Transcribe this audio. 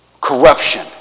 corruption